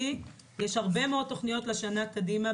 לי יש הרבה מאוד תוכניות לשנה קדימה,